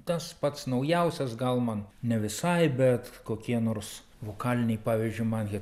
tas pats naujausias gal man ne visai bet kokie nors vokaliniai pavyzdžiui man jie